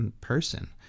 person